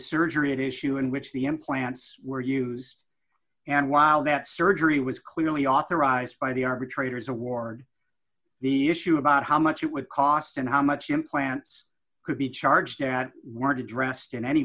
surgery an issue in which the implants were used and while that surgery was clearly authorized by the arbitrators award the issue about how much it would cost and how much implants could be charged at weren't addressed in any